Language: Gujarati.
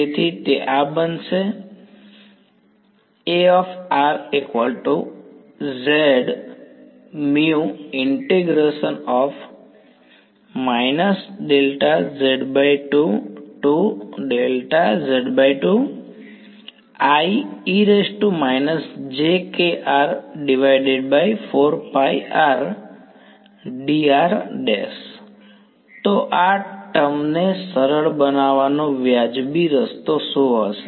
તેથી આ બનશે તો આ ટર્મને સરળ બનાવવાનો વાજબી રસ્તો શું હશે